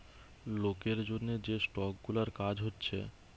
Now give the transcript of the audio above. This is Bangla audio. লোকের জন্যে যে স্টক গুলার কাজ হচ্ছে